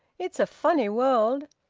it's a funny world!